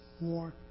more